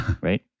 right